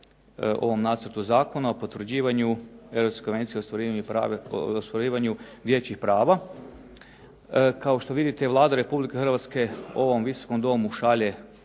ovom nacrtu Zakona o potvrđivanju Europske konvencije o ostvarivanju dječjih prava. Kao što vidite Vlada Republike Hrvatske ovom Visokom domu šalje